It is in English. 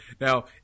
Now